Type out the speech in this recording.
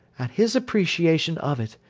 and his appreciation of it,